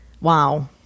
wow